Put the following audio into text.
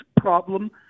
problem